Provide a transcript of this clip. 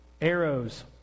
arrows